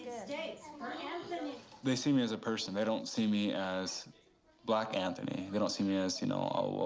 steaks for anthony. they see me as a person, they don't see me as black anthony. they don't see me as, you know, oh, well,